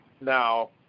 Now